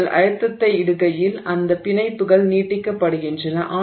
நீங்கள் அழுத்தத்தை இடுகையில் அந்த பிணைப்புகள் நீட்டப்படுகின்றன